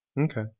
Okay